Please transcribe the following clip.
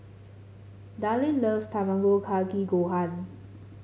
Dallin loves Tamago Kake Gohan